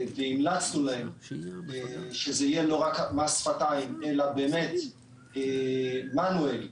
המלצנו להם שזה יהיה לא רק מס שפתיים אלא מדריך או ספר עזר,